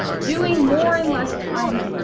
doing more in less time,